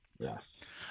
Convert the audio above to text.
Yes